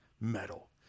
metal